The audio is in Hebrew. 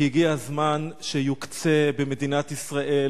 כי הגיע הזמן שתוקצה במדינת ישראל